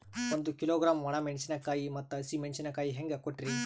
ಒಂದ ಕಿಲೋಗ್ರಾಂ, ಒಣ ಮೇಣಶೀಕಾಯಿ ಮತ್ತ ಹಸಿ ಮೇಣಶೀಕಾಯಿ ಹೆಂಗ ಕೊಟ್ರಿ?